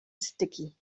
sticky